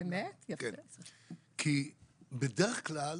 בדרך כלל